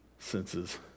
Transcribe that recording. senses